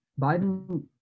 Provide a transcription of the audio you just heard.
Biden